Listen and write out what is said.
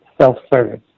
self-service